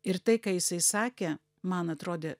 ir tai ką jisai sakė man atrodė